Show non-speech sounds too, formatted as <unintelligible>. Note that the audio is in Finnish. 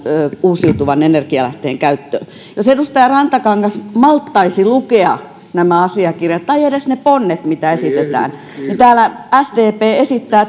uusiutuvan energialähteen käytöstä jos edustaja rantakangas malttaisi lukea nämä asiakirjat tai edes ne ponnet mitä esitetään niin täällä sdp esittää <unintelligible>